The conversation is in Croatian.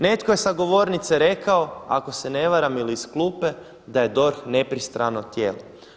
Netko je sa govornice rekao ako se ne varam ili iz klupe da je DORH nepristrano tijelo.